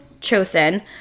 chosen